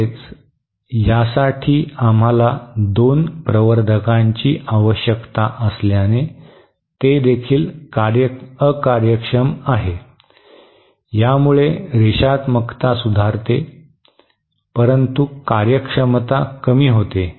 तसेच यासाठी आम्हाला दोन प्रवर्धकांची आवश्यकता असल्याने ते देखील अकार्यक्षम आहे यामुळे रेषात्मकता सुधारते परंतु कार्यक्षमता कमी होते